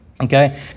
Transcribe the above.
okay